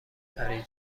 پری